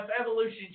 Evolution